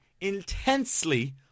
intensely